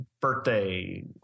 birthday